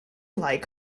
like